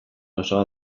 osoa